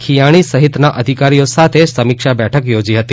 ખિયાણી સહિતના અધિકારીઓ સાથે સમીક્ષા બેઠક યોજી હતી